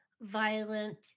violent